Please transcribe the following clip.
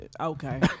Okay